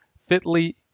fitly